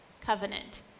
covenant